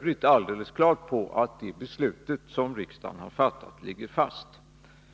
på det klara med att det beslut som riksdagen har fattat ligger fast.